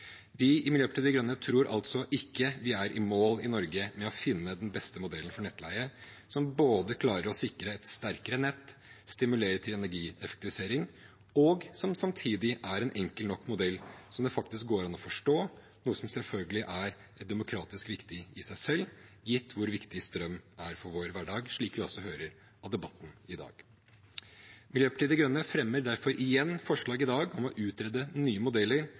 Vi i Miljøpartiet De Grønne tror altså ikke vi er i mål i Norge med å finne den beste modellen for nettleie – en modell som klarer å både sikre et sterkere nett og stimulere til energieffektivisering samtidig som den er en enkel nok modell som det faktisk går an å forstå, noe som selvfølgelig er demokratisk viktig i seg selv, gitt hvor viktig strøm er for vår hverdag, slik vi også hører av debatten i dag. Miljøpartiet De Grønne fremmer derfor i dag igjen forslag om å utrede nye modeller